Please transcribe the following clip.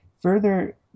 further